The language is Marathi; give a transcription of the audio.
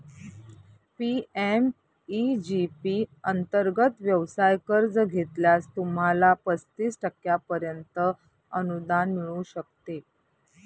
पी.एम.ई.जी पी अंतर्गत व्यवसाय कर्ज घेतल्यास, तुम्हाला पस्तीस टक्क्यांपर्यंत अनुदान मिळू शकते